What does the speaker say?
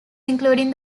including